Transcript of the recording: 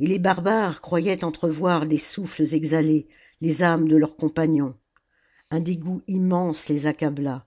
et les barbares croyaient entrevoir les souffles exhalés les âmes de leurs compagnons un dégoût immense les accabla